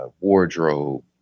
wardrobe